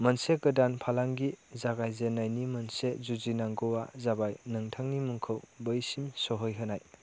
मोनसे गोदान फालांगि जागायजेन्नायनि मोनसे जुजिनांगौआ जाबाय नोंथांनि मुंखौ बैसिम सहैहोनाय